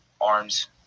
arms